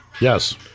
Yes